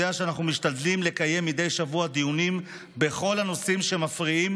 שאנחנו משתדלים לקיים מדי שבוע דיונים בכל הנושאים שמפריעים,